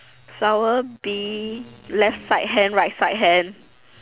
flower Bee left side hand right side hand